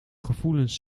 gevoelens